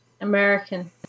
American